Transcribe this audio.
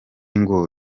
ngo